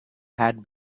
had